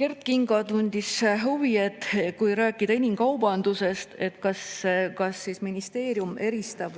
Kert Kingo tundis huvi, et kui rääkida inimkaubandusest, siis kas ministeerium